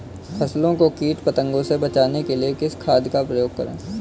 फसलों को कीट पतंगों से बचाने के लिए किस खाद का प्रयोग करें?